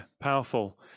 powerful